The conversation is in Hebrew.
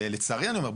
ולצערי אני אומר,